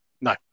No